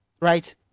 right